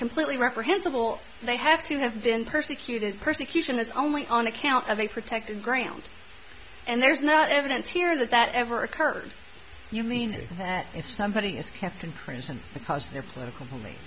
completely reprehensible they have to have been persecuted persecution it's only on account of a protected ground and there's no evidence here that that ever occurred to you meaning that if somebody is kept in prison because of their political beliefs